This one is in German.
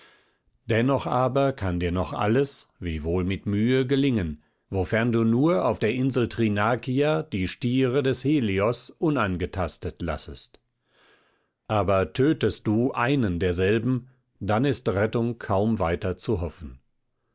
dennoch aber kann dir noch alles wiewohl mit mühe gelingen wofern du nur auf der insel thrinakia die stiere des helios unangetastet lassest aber tötest du einen derselben dann ist rettung kaum weiter zu hoffen